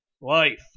life